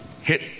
hit